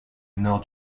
nord